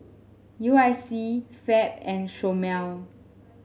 U I C Fab and Chomel